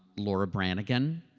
laura brannigan,